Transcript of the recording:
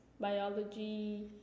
biology